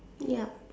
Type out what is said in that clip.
ya